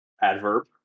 Adverb